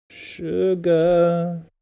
Sugar